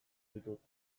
ditut